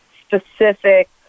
specific